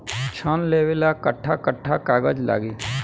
ऋण लेवेला कट्ठा कट्ठा कागज लागी?